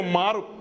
maru